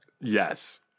yes